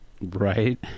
Right